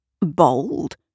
bold